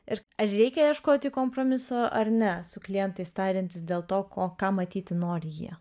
ir ar reikia ieškoti kompromisų ar ne su klientais tariantis dėl to ko ką matyti nori jie